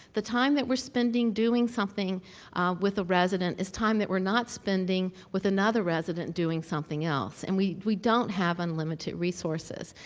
the time that we're spending doing something with a resident is time that we're not spending with another resident doing something else, and we we don't have unlimited resources.